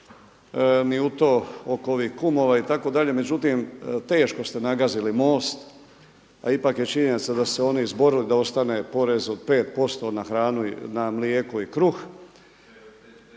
ni u to oko ovih kumova itd. međutim teško ste nagazili MOST, a ipak je činjenica da su se oni izborili da ostane porez od 5% na mlijeko i kruh.